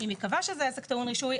אם יקבע שזה עסק טעון רישוי,